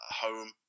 home